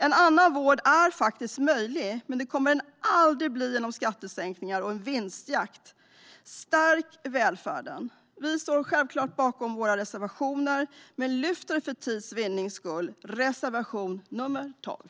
En annan vård är möjlig, men den kommer den aldrig bli genom skattesänkningar och vinstjakt. Stärk välfärden! Vi står självklart bakom alla våra reservationer, men för tids vinnande yrkar jag bifall bara till reservation 12.